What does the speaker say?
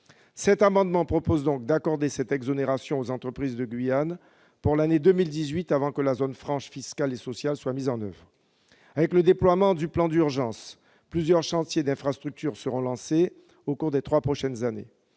Cet amendement vise donc à accorder cette exonération aux entreprises de Guyane pour l'année 2018, avant que la zone franche fiscale et sociale ne soit mise en oeuvre. Avec le déploiement du plan d'urgence, plusieurs chantiers d'infrastructure seront lancés au cours des trois prochaines années.